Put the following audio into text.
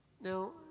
Now